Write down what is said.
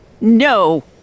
No